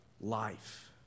life